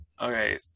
Okay